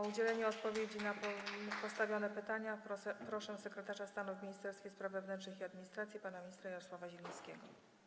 O udzielenie odpowiedzi na postawione pytania proszę sekretarza stanu w Ministerstwie Spraw Wewnętrznych i Administracji pana ministra Jarosława Zielińskiego.